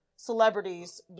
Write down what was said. celebrities